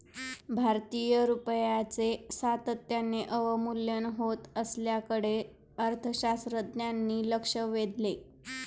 भारतीय रुपयाचे सातत्याने अवमूल्यन होत असल्याकडे अर्थतज्ज्ञांनी लक्ष वेधले